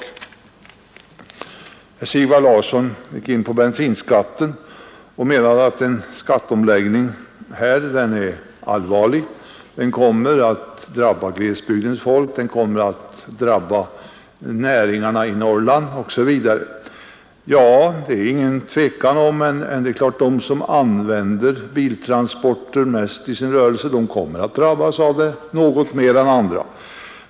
Herr Sigvard Larsson tog upp bensinskatten och menade att en skatteomläggning på denna punkt är allvarlig. Den kommer att drabba glesbygdens folk, Norrlandsnäringarna osv. Ja, det är ingen tvekan om att de som mest använder biltransporter i sin rörelse kommer att drabbas något mer än andra.